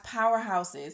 powerhouses